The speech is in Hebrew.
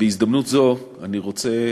בהזדמנות זו אני רוצה,